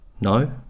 No